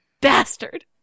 bastard